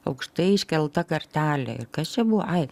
aukštai iškelta kartelė ir kas čia buvo ai